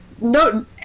no